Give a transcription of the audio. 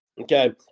Okay